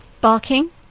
Barking